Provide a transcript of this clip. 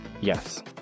yes